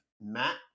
matt